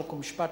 חוק ומשפט,